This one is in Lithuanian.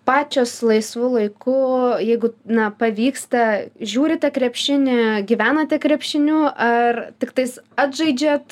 pačios laisvu laiku jeigu na pavyksta žiūrite krepšinį gyvenate krepšiniu ar tiktais atžaidžiat